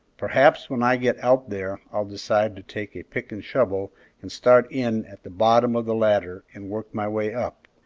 perhaps when i get out there i'll decide to take a pick and shovel and start in at the bottom of the ladder and work my way up.